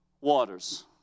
waters